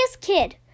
kid